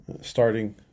starting